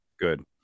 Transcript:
good